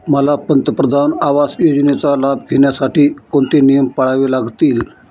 मला पंतप्रधान आवास योजनेचा लाभ घेण्यासाठी कोणते नियम पाळावे लागतील?